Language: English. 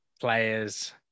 players